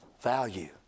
value